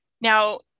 Now